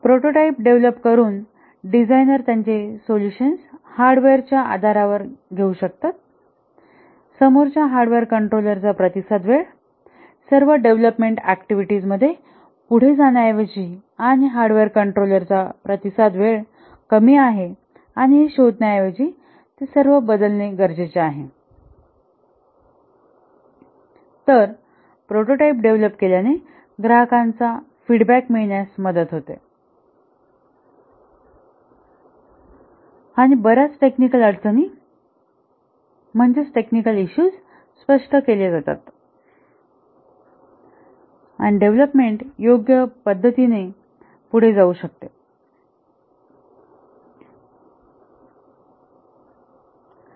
prototype develop करून designer त्यांचे solution हार्डवेअरच्या आधारावर घेऊ शकतातसमोरच्या हार्डवेअर कंट्रोलरचा प्रतिसाद वेळ सर्व डेव्हलपमेंट ऍक्टिव्हिटीजमध्ये पुढे जाण्याऐवजी आणि हार्डवेअर कंट्रोलरचा प्रतिसाद वेळ कमी आहे आणि हे शोधण्याऐवजी ते सर्व बदलणे गरजेचे आहे तरप्रोटोटाइप डेव्हलप केल्याने ग्राहकांचा फीडबॅक मिळण्यास मदत होते आणि बर्याच टेक्निकल अडचणी स्पष्ट केल्या जातात आणि डेव्हलपमेंट योग्य रित्या पुढे जाऊ शकतो